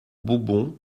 bourbon